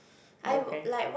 okay